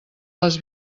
les